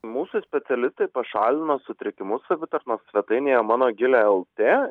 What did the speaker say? mūsų specialistai pašalino sutrikimus savitarnos svetainėje mano gilė lt